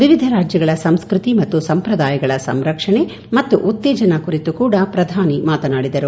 ವಿವಿಧ ರಾಜ್ಯಗಳ ಸಂಸ್ಕೃತಿ ಮತ್ತು ಸಂಪ್ರದಾಯಗಳ ಸಂರಕ್ಷಣೆ ಮತ್ತು ಉತ್ತೇಜನ ಕುರಿತು ಕೂಡಾ ಪ್ರಧಾನಿ ಮಾತನಾಡಿದರು